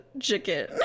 chicken